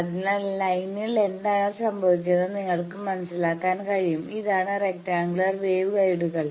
അതിനാൽ ലൈനിൽ എന്താണ് സംഭവിക്കുന്നതെന്ന് നിങ്ങൾക്ക് മനസ്സിലാക്കാൻ കഴിയും ഇതാണ് റെക്റ്റാങ്കുലർ വേവ് ഗൈഡുകൾ